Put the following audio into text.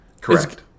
Correct